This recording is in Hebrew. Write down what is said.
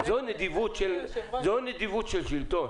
זו נדיבות של שלטון.